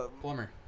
Plumber